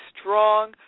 strong